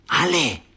Ale